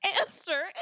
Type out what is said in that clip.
answer